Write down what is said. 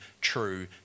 true